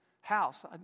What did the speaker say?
house